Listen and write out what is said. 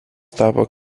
tapo